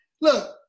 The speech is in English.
look